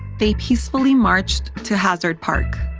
they peacefully marched to hazard park